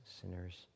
sinners